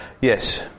Yes